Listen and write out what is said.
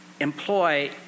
employ